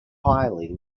highly